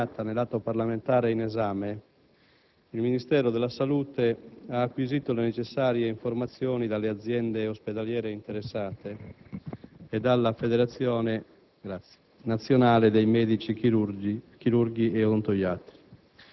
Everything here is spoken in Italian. Signor Presidente, in merito alla questione delineata nell'atto parlamentare in esame, il Ministero della salute ha acquisito le necessarie informazioni dalle aziende ospedaliere interessate